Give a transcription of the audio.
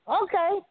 okay